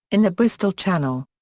in the bristol channel.